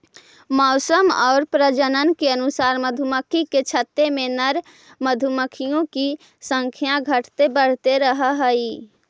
मौसम और प्रजनन के अनुसार मधुमक्खी के छत्ते में नर मधुमक्खियों की संख्या घटते बढ़ते रहअ हई